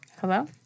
Hello